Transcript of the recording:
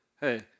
hey